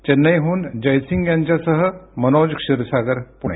चेन्नईहून जयसिंग यांच्यासह मनोज क्षीरसागर पुणे